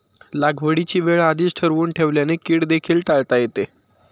लागवडीची वेळ आधीच ठरवून ठेवल्याने कीड देखील टाळता येते